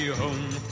home